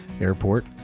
airport